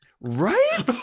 Right